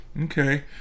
Okay